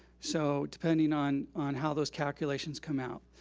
so depending on on how those calculations come out.